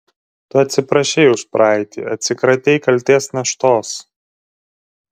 tu atsiprašei už praeitį atsikratei kaltės naštos